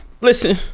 Listen